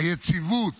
היציבות